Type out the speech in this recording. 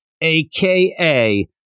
AKA